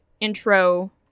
intro